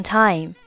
time